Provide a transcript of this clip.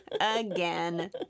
Again